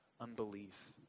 unbelief